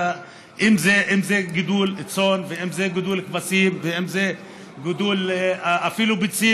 אם זה גידול צאן ואם זה גידול כבשים ואם זה גידול ביצים,